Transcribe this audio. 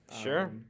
Sure